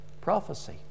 prophecy